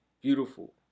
beautiful